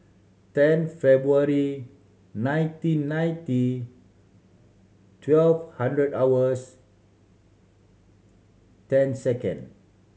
ten February nineteen ninety twelve hundred hours ten second